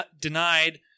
denied